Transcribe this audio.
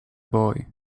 boy